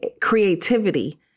creativity